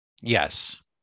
Yes